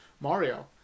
Mario